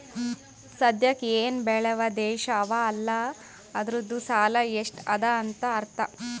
ಸದ್ಯಾಕ್ ಎನ್ ಬೇಳ್ಯವ್ ದೇಶ್ ಅವಾ ಅಲ್ಲ ಅದೂರ್ದು ಸಾಲಾ ಎಷ್ಟ ಅದಾ ಅಂತ್ ಅರ್ಥಾ